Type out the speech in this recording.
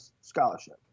scholarship